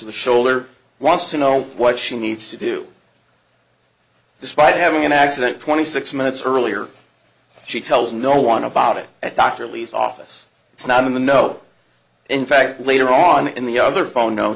to the shoulder wants to know what she needs to do despite having an accident twenty six minutes earlier she tells no one about it at dr lee's office it's not in the know in fact later on in the other phone no